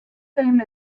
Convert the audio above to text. same